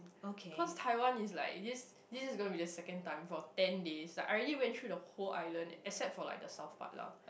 cause Taiwan is like this this is gonna be the second time for ten days like I already went through the whole island except for like the South part lah